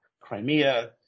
Crimea